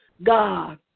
God